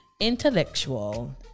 intellectual